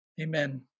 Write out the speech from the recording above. Amen